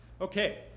okay